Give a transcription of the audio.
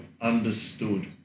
understood